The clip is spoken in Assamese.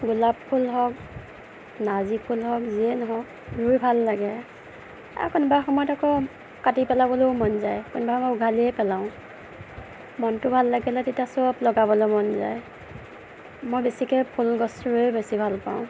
গোলাপ ফুল হওক নাৰ্জী ফুল হওক যিয়ে নহওক ৰুই ভাল লগে কোনোবা সময়ত আকৌ কাটি পেলাবলৈও মন যায় কোনোবা সময়ত উভালি পেলাওঁ মনটো ভাল লাগে তেতিয়া চব লগাবলৈ মন যায় মই বেছিকে ফুল গছ ৰুই বেছি ভাল পাওঁ